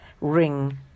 ring